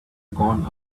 gone